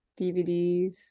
dvds